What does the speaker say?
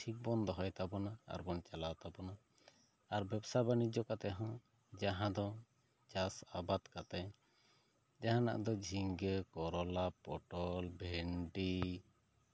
ᱴᱷᱤᱠ ᱵᱚᱱ ᱫᱚᱦᱚᱭ ᱛᱟᱵᱚᱱᱟ ᱟᱨ ᱵᱚᱱ ᱪᱟᱞᱟᱣ ᱛᱟᱵᱚᱱᱟ ᱟᱨ ᱵᱮᱯᱥᱟ ᱵᱟᱹᱱᱤᱡᱚ ᱠᱟᱛᱮᱜ ᱦᱚᱸ ᱡᱟᱦᱟᱸ ᱫᱚ ᱪᱟᱥ ᱟᱵᱟᱫᱽ ᱠᱟᱛᱮᱜ ᱡᱟᱦᱟᱱᱟᱜ ᱫᱚ ᱡᱷᱤᱸᱜᱟᱹ ᱠᱮᱨᱚᱞᱟ ᱯᱚᱴᱚᱞ ᱵᱷᱮᱱᱰᱤ